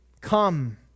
come